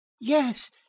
Yes